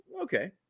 okay